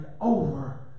over